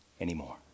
anymore